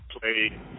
play